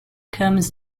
comes